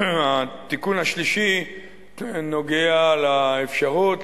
התיקון השלישי נוגע לאפשרות,